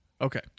Okay